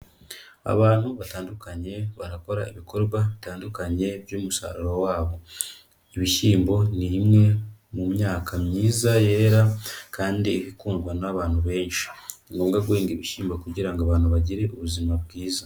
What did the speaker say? Abantu batandukanye barakora ibikorwa bitandukanye by'umusaruro wabo. Ibishyimbo ni rimwe mu myaka myiza yera kandi ikundwa n'abantu benshi. Ni ngombwa guhinga ibishyimbo kugira ngo abantu bagire ubuzima bwiza.